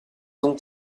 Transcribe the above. ont